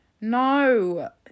No